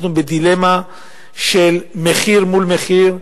אנחנו בדילמה של מחיר מול מחיר,